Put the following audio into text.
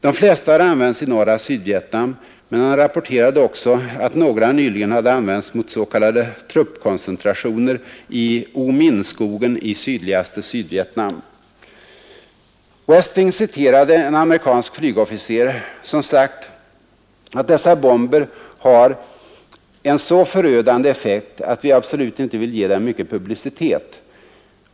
De flesta har använts i norra Sydvietnam, men han rapporterade också att några nyligen hade använts mot s.k. truppkoncentrationer i U Minh-skogen i sydligaste Sydvietnam. Westing citerade en amerikansk flygofficer som sagt att dessa bomber har ”en så förödande effekt att vi absolut inte vill ge dem mycket publicitet”.